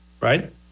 right